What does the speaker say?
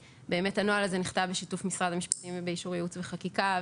הנוהל הזה נכתב בשיתוף משרד המשפטים ובאישור ייעוץ וחקיקה,